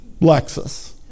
Lexus